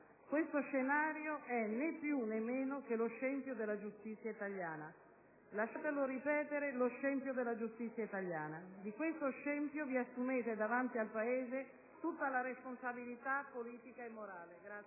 Questo scenario è né più né meno che lo scempio della giustizia italiana. Lasciatemelo ripetere: lo scempio della giustizia italiana. Di questo scempio vi assumete davanti al Paese tutta la responsabilità politica e morale.